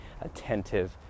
attentive